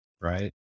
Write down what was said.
right